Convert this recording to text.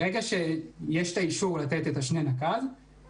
ברגע שיש אישור לתת שתי נקודות זכות,